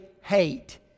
hate